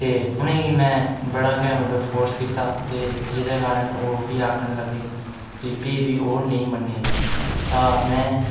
ते उनें गी में बड़ा गै मतलब फोर्स कीता ते जेह्दे कारन ओह् फ्ही आखन लग्गे कि फ्ही बी ओह् नेईं मन्ने